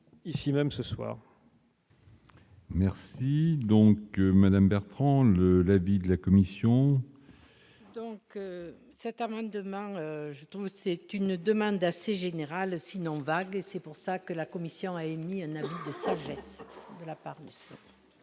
ici, même ce soir. Merci donc Madame Bertrand, de l'avis de la commission. Donc, cet amendement, je trouve que c'est une demande assez générale sinon vague et c'est pour ça que la commission a une nuit. La partie.